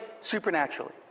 supernaturally